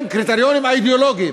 הם קריטריונים אידיאולוגיים.